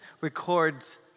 records